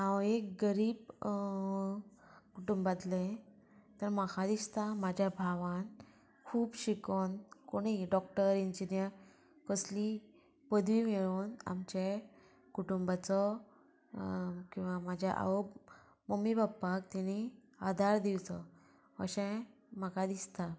हांव एक गरीब कुटुंबातले तर म्हाका दिसता म्हाज्या भावान खूब शिकोन कोणी डॉक्टर इंजिनियर कसली पदवी मेळोन आमचे कुटुंबाचो किंवा म्हाज्या आव मम्मी पापाक तेणी आदार दिवचो अशें म्हाका दिसता